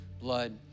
blood